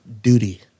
Duty